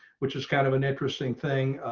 which is kind of an interesting thing,